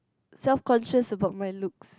self conscious about my looks